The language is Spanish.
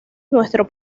nuestro